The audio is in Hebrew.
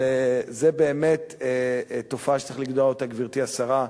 זו באמת תופעה שצריך לגדוע אותה, גברתי השרה.